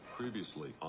Previously